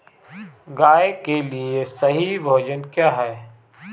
गाय के लिए सही भोजन क्या है?